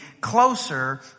closer